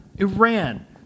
Iran